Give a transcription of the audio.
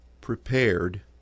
prepared